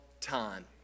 time